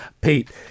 pete